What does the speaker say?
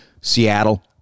Seattle